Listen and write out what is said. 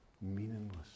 meaningless